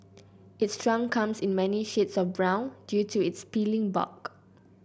its trunk comes in many shades of brown due to its peeling bark